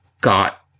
got